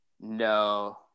No